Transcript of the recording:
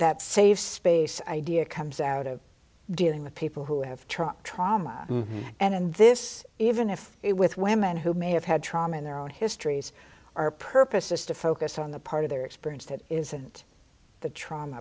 that save space idea comes out of dealing with people who have truck trauma and this even if it with women who may have had trauma in their own histories our purpose is to focus on the part of their experience that isn't the trauma